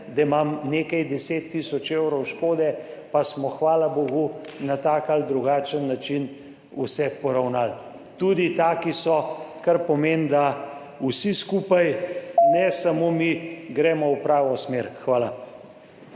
da imam nekaj 10 tisoč evrov škode, pa smo hvala bogu na tak ali drugačen način vse poravnali. Tudi taki so, kar pomeni, da vsi skupaj, ne samo mi, gremo v pravo smer. Hvala.